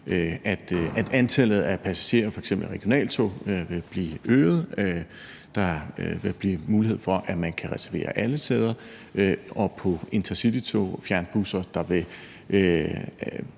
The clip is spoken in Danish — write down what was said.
at antallet af passagerer i f.eks. regionaltogene vil blive øget, og at der vil blive mulighed for, at man kan reservere alle sæder, og i intercitytog og fjernbusser vil